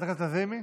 חברת הכנסת לזימי,